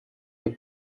the